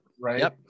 right